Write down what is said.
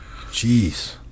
Jeez